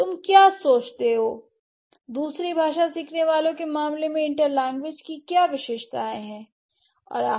तुम क्या सोचते हो दूसरी भाषा सीखने वालों के मामले में इंटरलैंग्वेज की विशेषताएं क्या हैं